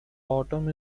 autumn